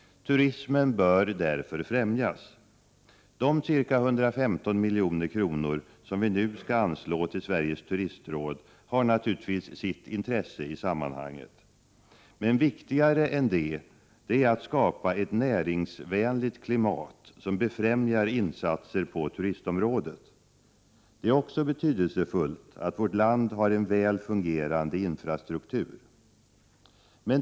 Turismen bör därför främjas. De ca 115 milj.kr. som vi nu skall anslå till Sveriges turistråd har naturligtvis sitt intresse i sammanhanget. Men viktigare än detta är att skapa ett näringsvänligt klimat som befrämjar insatser på turistområdet. Det är också betydelsefullt att vårt land har en väl fungerande infrastruktur.